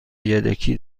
یدکی